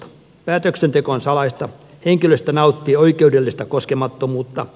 päätöksenteko on salaista henkilöstö nauttii oikeudellista koskemattomuutta